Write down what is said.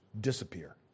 disappear